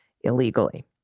illegally